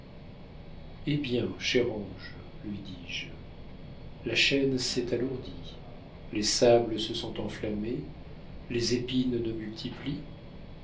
hé bien cher ange lui dis-je la chaîne s'est alourdie les sables se sont enflammés les épines ne multiplient